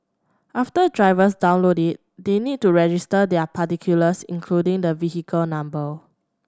after drivers download it they need to register their particulars including the vehicle number